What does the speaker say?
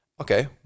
Okay